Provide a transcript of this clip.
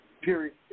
period